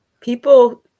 people